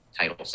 Title